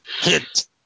Hit